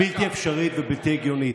בלתי אפשרית ובלתי הגיונית,